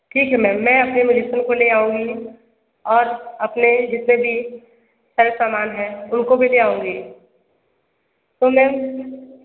ठीक है मेम मैं अपने म्यूज़िशियन को ले आऊँगी और अपने जितने भी पास समान है उनको भी ले आऊँगी तो मेम